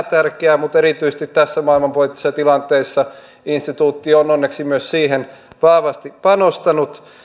tärkeää aina mutta erityisesti tässä maailmanpoliittisessa tilanteessa instituutti on onneksi myös siihen vahvasti panostanut